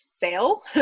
fail